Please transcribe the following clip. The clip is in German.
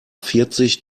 vierzig